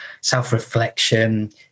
self-reflection